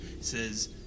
Says